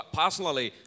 personally